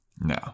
No